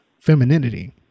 femininity